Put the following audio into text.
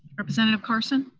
representative carson?